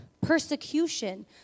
persecution